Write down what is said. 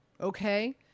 Okay